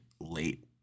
late